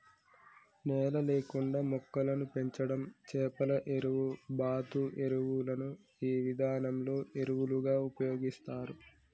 నేల లేకుండా మొక్కలను పెంచడం చేపల ఎరువు, బాతు ఎరువులను ఈ విధానంలో ఎరువులుగా ఉపయోగిస్తారు